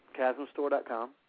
chasmstore.com